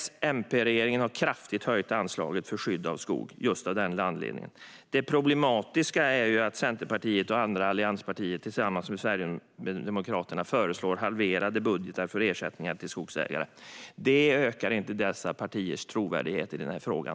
S-MP-regeringen har kraftigt höjt anslaget för skydd av skog just av den anledningen. Det problematiska är att Centerpartiet och andra allianspartier tillsammans med Sverigedemokraterna föreslår halverade budgetar för ersättningar till skogsägare. Detta ökar inte dessa partiers trovärdighet i den här frågan.